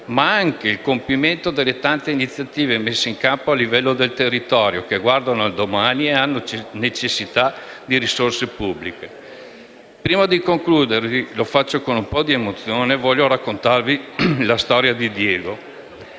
ma anche il compimento delle tante iniziative messe in campo a livello territoriale, che guardano al domani e hanno necessità anche di risorse pubbliche. Prima di concludere - lo faccio con un po' di emozione - voglio raccontarvi la storia di Diego.